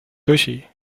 tõsi